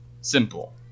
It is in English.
simple